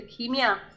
leukemia